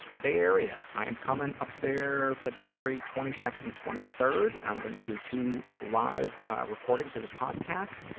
bay area, i am coming up there february twenty second and twenty third. i'm going to do two live recordings of the podcast,